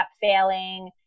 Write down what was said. failing